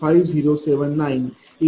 911असेल